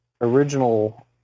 original